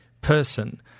person